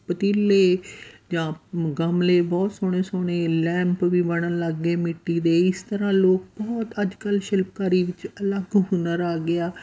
ਪਤੀਲੇ ਜਾਂ ਗਮਲੇ ਬਹੁਤ ਸੋਹਣੇ ਸੋਹਣੇ ਲੈਂਪ ਵੀ ਬਣਨ ਲੱਗ ਗਏ ਮਿੱਟੀ ਦੇ ਇਸ ਤਰ੍ਹਾਂ ਲੋਕ ਬਹੁਤ ਅੱਜ ਕੱਲ੍ਹ ਸ਼ਿਲਪਕਾਰੀ ਵਿੱਚ ਅਲੱਗ ਹੁਨਰ ਆ ਗਿਆ